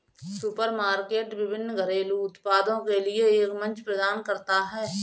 supermarket विभिन्न घरेलू उत्पादों के लिए एक मंच प्रदान करता है